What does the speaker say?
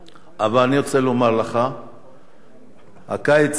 אבל אני רוצה לומר לך שהקיץ לפנינו,